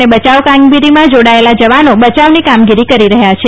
અને બચાવ કામગીરીમાં જોડાયેલ જવાનો બચાવની કામગીરી કરી રહ્યા છે